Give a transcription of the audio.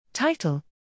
Title